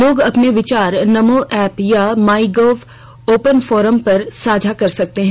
लोग अपने विचार नमो एप या माईगोव ओपन फोरम पर साझा कर सकते हैं